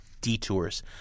Detours